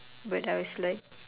but I was like